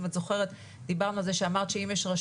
אם את זוכרת, דיברנו על זה שאמרת שאם